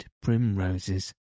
primroses